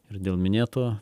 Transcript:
ir dėl minėto